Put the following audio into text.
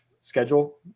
schedule